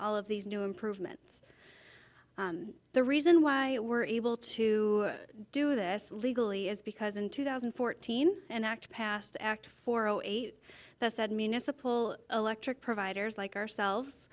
all of these new improvements the reason why we're able to do this legally is because in two thousand and fourteen and act passed act four zero eight that said municipal electric providers like ourselves